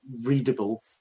readable